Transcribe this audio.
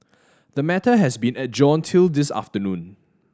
the matter has been adjourned till this afternoon